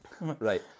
Right